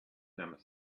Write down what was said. nemesis